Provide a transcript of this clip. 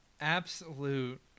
Absolute